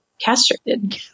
Castrated